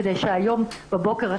כדי שהיום בבוקר,